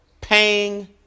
paying